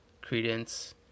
Credence